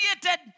created